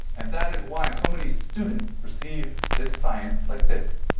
and that is why so many students perceive this science like this.